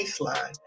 baseline